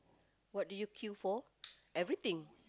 what do you queue for everything